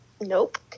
Nope